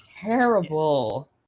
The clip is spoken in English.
terrible